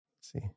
See